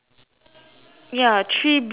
ya three blue two white